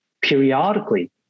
periodically